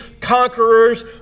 conquerors